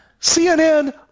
CNN